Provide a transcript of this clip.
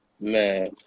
man